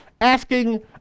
asking